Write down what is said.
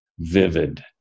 Vivid